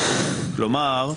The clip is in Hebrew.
כלומר,